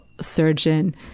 surgeon